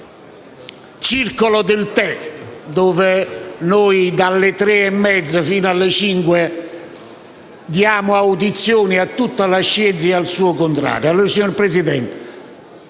di circolo del tè, dove, dalle 15,30 fino alle 17, diamo audizioni a tutta la scienza e al suo contrario. Allora signor Presidente,